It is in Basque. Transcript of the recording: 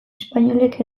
espainolek